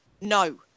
no